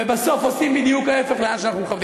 ובסוף עושים בדיוק ההפך ממה שאנחנו מכוונים.